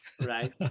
right